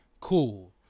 cool